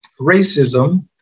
racism